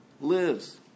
lives